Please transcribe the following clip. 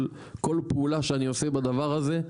כל פעולה שאני עושה בדבר הזה,